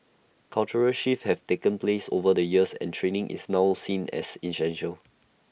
cultural shifts have taken place over the years and training is now seen as essential